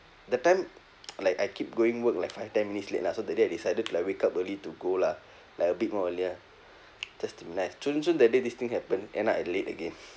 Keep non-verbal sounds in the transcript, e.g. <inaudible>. that time <noise> like I keep going work like five ten minutes late lah so that day I decided to like wake up early to go lah like a bit more earlier just to relax zhun zhun that day this thing happen end up I late again <noise>